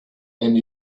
and